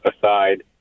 aside